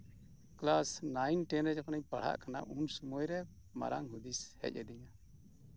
class nine ten ᱨᱮ ᱡᱚᱠᱷᱚᱱᱤᱧ ᱯᱟᱲᱦᱟᱜ ᱠᱟᱱᱟ ᱩᱱ ᱥᱚᱢᱚᱭᱨᱮ ᱢᱟᱨᱟᱝ ᱦᱩᱫᱤᱥ ᱦᱮᱡ ᱟᱹᱫᱤᱧᱟ